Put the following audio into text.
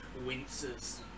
winces